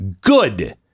Good